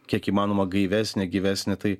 kiek įmanoma gaivesnė gyvesnė tai